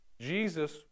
Jesus